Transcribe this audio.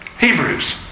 Hebrews